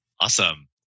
Awesome